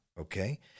Okay